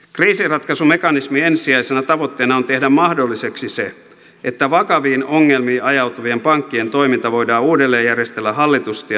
kriisinratkaisumekanismin ensisijaisena tavoitteena on tehdä mahdolliseksi se että vakaviin ongelmiin ajautuvien pankkien toiminta voidaan uudelleenjärjestellä hallitusti ja nopeasti